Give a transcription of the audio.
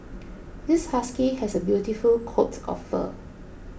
this husky has a beautiful coat of fur